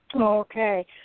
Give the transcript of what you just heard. Okay